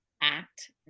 act